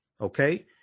Okay